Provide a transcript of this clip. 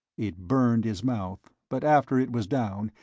it burned his mouth, but after it was down,